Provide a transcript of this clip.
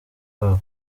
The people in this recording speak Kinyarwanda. wabo